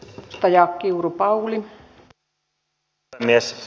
arvoisa rouva puhemies